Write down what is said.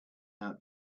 out